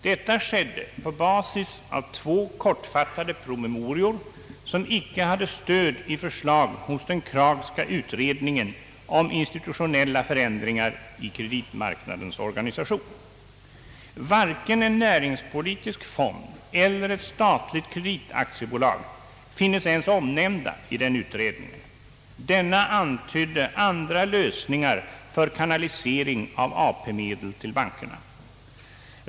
Detta skedde på basis av två kortfattade promemorior som inte hade stöd i förslag av den Kraghska utredningen om institutionella förändringar i kreditmarknadens organisation. Varken en näringspolitisk fond eller ett statligt kreditaktiebolag finns ens omnämnda i den utredningen. Denna antyder andra lösningar för kanalisering av AP-medel till bankerna.